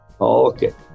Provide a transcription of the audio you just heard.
okay